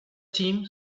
team